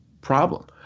problem